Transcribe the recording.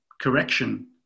correction